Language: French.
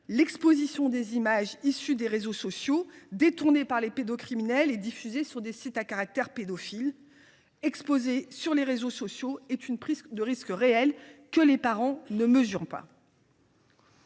L’exposition des images issues des réseaux sociaux, détournées par les pédocriminels et diffusées sur des sites à caractère pédophile, est une prise de risque réelle que les parents ne mesurent pas.